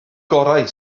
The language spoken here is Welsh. gorau